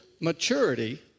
maturity